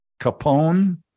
Capone